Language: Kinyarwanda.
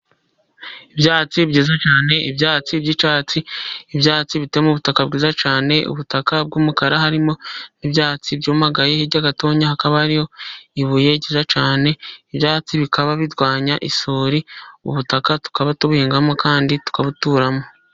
Ibyatsi , ibyatsi by'icyatsi ,ibyatsi bi biteye m'ubutaka bwiza cyane , ubutaka bw'umukara harimo n'i ibyatsi byuyumagaye hirya gatotoya hakaba ariyo ibuye ryiza cyane ibyatsi bikaba birwanya isuri. Ubutaka tukaba tubuhingamo kandi tukabuturamo.